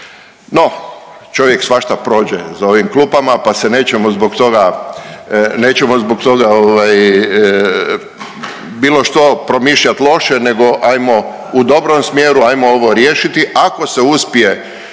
No, čovjek svašta prođe za ovim klupama pa se nećemo zbog toga, nećemo zbog toga ovaj bilo što promišljati loše nego ajmo u dobrom smjeru, ajmo ovo riješiti.